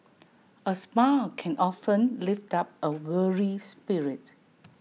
A smile can often lift up A weary spirit